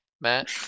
Matt